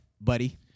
Buddy